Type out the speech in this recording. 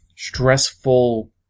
stressful